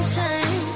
time